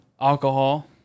alcohol